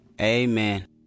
Amen